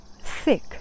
thick